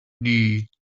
need